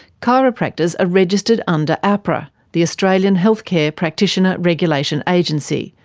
chiropractors are registered under ahpra, the australian healthcare practitioner regulation agency,